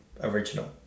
original